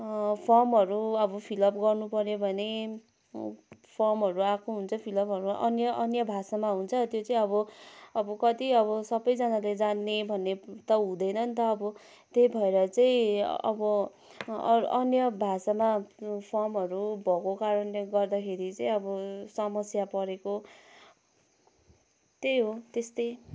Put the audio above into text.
फर्महरू अब फिलअप गर्नुपऱ्यो भने फर्महरू आएको हुन्छ फिलअप अन्य अन्य भाषामा हुन्छ त्यो चाहिँ अब कति अब सबैजनाले जान्ने भन्ने त हुँदैन नि त अब त्यही भएर चाहिँ अब अन्य भाषामा फर्महरू भएको कारणले गर्दाखेरि चाहिँ अब समस्या परेको त्यही हो त्यस्तै